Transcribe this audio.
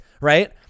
Right